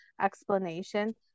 explanation